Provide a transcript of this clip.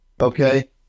Okay